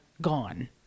gone